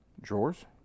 drawers